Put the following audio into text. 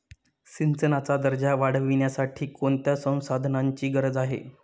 सिंचनाचा दर्जा वाढविण्यासाठी कोणत्या संसाधनांची गरज आहे?